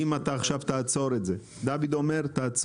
אם אתה עכשיו תעצור את זה, דוד אומר תעצור.